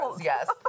yes